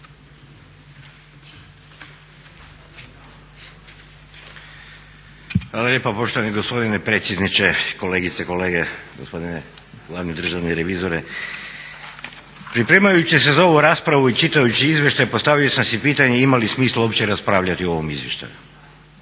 Hvala lijepa poštovani gospodine predsjedniče, kolegice i kolege, gospodine glavni državni revizore. Pripremajući se za ovu raspravu i čitajući izvještaj postavio sam si pitanje ima li smisla uopće raspravljati o ovom izvještaju?